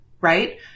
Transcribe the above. right